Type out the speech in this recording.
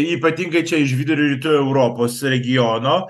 ypatingai čia iš vidurio rytų europos regiono